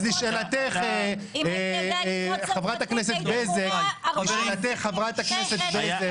אם היית יודע לקרוא צרפתית היית קורא --- חברת הכנסת בזק,